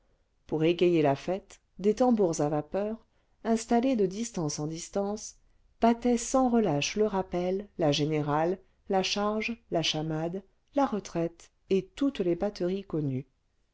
pour égayer la fête des tambours à vapeur installés de distance en distance battaient sans relâche le rappel la générale la charge la chamade la retraite et toutes les batteries connues